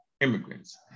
immigrants